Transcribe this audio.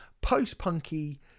post-punky